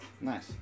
Nice